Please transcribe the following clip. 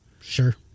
Sure